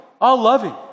all-loving